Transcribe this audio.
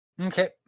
Okay